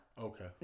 Okay